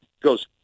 goes